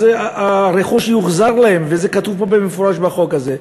אז הרכוש יוחזר להם, וזה כתוב פה במפורש בחוק הזה.